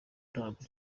ntabwo